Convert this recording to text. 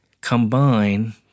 combine